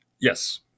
Yes